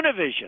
Univision